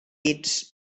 dits